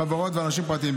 חברות ואנשים פרטיים.